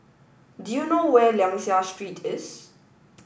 do you know where Liang Seah Street is